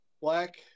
black